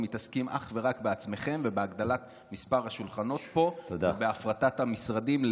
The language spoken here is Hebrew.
מתעסקים אך ורק בעצמכם ובהגדלת מספר השולחנות פה ובהפרטת המשרדים.